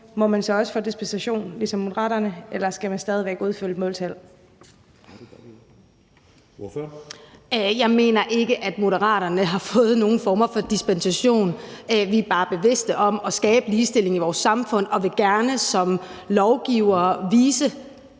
næstformand (Jeppe Søe): Ordføreren. Kl. 17:57 Rosa Eriksen (M): Jeg mener ikke, at Moderaterne har fået nogen former for dispensation. Vi er bare bevidste om at skabe ligestilling i vores samfund og vil gerne som lovgivere vise,